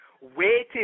waiting